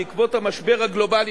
בעקבות המשבר הגלובלי,